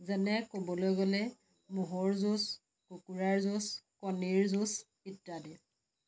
যেনে ক'বলৈ গ'লে ম'হৰ যুঁজ কুকুৰাৰ যুঁজ কণীৰ যুঁজ ইত্যাদি